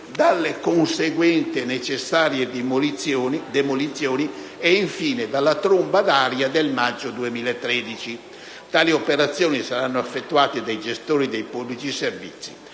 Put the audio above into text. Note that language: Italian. dalle conseguenti necessarie demolizioni e, infine, dalla tromba d'aria del maggio 2013. Tali operazioni saranno effettuate dai gestori dei pubblici servizi.